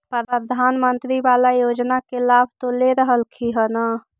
प्रधानमंत्री बाला योजना के लाभ तो ले रहल्खिन ह न?